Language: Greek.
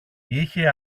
είχε